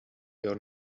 your